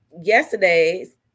yesterday's